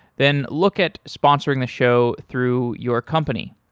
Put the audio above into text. then look at sponsoring the show through your company.